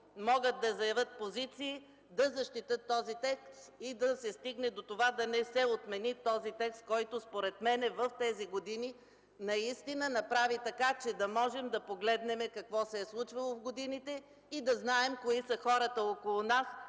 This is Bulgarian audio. могат да заявят позиции, да защитят този текст и да се стигне до това да не се отмени този текст, който според мен в тези години наистина направи така, че да можем да погледнем какво се е случвало в годините и да знаем кои са хората около нас,